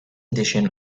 edition